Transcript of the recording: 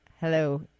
Hello